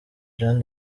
jean